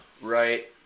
Right